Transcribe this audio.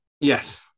Yes